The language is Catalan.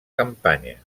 campanya